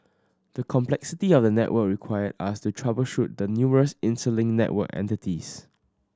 the complexity of the network required us to troubleshoot the numerous interlinked network entities